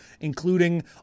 including